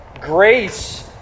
grace